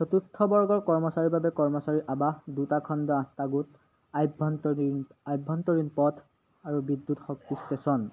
চতুৰ্থ বৰ্গৰ কৰ্মচাৰীৰ বাবে কৰ্মচাৰী আৱাস দুটা খণ্ড আঠটা গোট আভ্যন্তৰীণ আভ্যন্তৰীণ পথ আৰু বিদ্যুৎ শক্তিৰ ষ্টেশ্য়ন